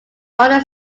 under